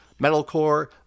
metalcore